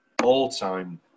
all-time